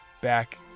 back